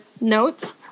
notes